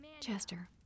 Chester